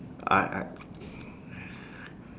I I